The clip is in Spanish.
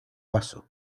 vaso